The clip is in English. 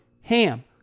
HAM